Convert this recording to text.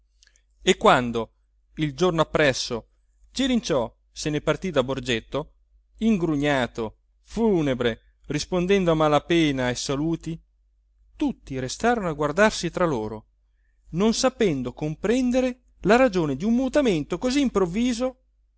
e quando il giorno appresso cirinciò se ne partì da borgetto ingrugnato funebre rispondendo a mala pena ai saluti tutti restarono a guardarsi tra loro non sapendo comprendere la ragione di un mutamento così improvviso